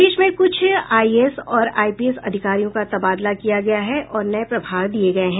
प्रदेश में कुछ आईएएस और आईपीएस अधिकारियों का तबादला किया गया है और नये प्रभार दिये गये हैं